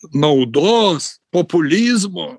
naudos populizmo